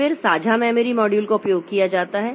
फिर साझा memory module का उपयोग किया जाता है